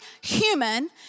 human